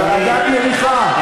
ועדת מריחה.